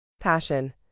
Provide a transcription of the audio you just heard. Passion